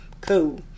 Cool